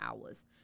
hours